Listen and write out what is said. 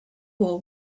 war